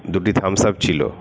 দুটি Thums Up ছিলো